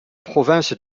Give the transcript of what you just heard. province